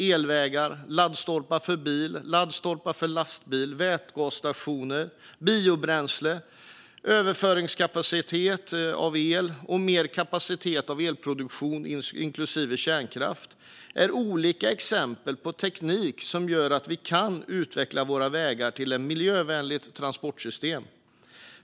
Elvägar, laddstolpar för bil, laddstolpar för lastbil, vätgasstationer, biobränsle, överföringskapacitet i fråga om el och mer kapacitet i fråga om elproduktion, inklusive kärnkraft, är olika exempel på teknik som gör att vi kan utveckla våra vägar till ett miljövänligt transportsystem.